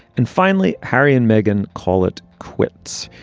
and finally, harry and meghan call it quits.